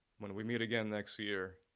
when we meet again next year.